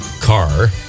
car